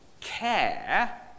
care